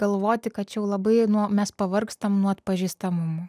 galvoti kad jau labai nu mes pavargstam nuo atpažįstamumo